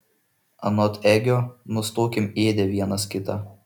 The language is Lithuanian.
anot egio nustokim ėdę vienas kitą